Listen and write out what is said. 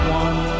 one